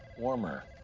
warmer.